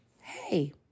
hey